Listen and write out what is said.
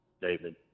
David